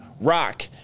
rock